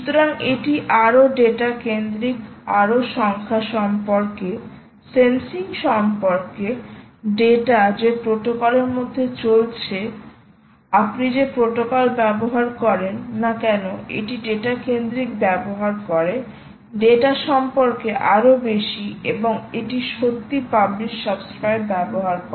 সুতরাং এটি আরও ডেটা কেন্দ্রিকআরও সংখ্যা সম্পর্কে সেন্সিং সম্পর্কে এবং যে কোন প্রোটোকল ব্যবহার করো না কেন এটি ডেটা ব্যবহার সম্পর্কে তথ্য এবং এটি সত্যই পাবলিশ সাবস্ক্রাইব ব্যবহার করে